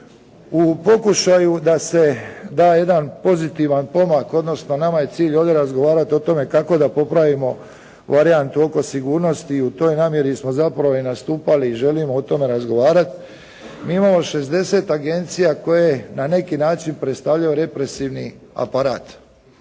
U pokušaju da se da jedan pozitivan pomak, odnosno nama je cilj ovdje razgovarati o tome kako da popravimo varijantu oko sigurnosti. U toj namjeri smo zapravo i nastupali i želimo o tome razgovarati. Mi imamo 60 agencija koje na neki način predstavljaju represivni aparat.